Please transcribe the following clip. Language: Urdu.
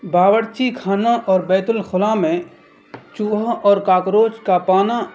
باورچی خانہ اور بیت الخلا میں چوہوں اور کاکروچ کا پانا